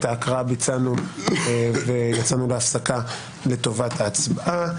את ההקראה ביצענו ויצאנו להפסקה לטובת ההצבעה.